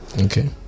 Okay